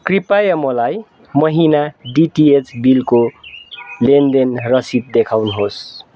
कृपाय मलाई महिना डिटिएच बिलको लेनदेन रसिद देखाउनुहोस्